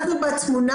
אנחנו בתמונה.